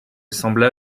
sembla